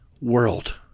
world